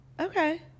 okay